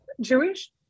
Jewish